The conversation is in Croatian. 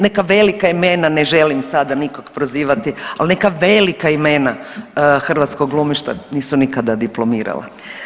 Neka velika imena ne želim sada nikog prozivati, ali neka velika imena hrvatskog glumišta nisu nikada diplomirala.